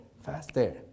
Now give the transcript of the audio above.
faster